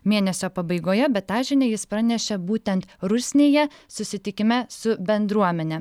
mėnesio pabaigoje bet tą žinią jis pranešė būtent rusnėje susitikime su bendruomene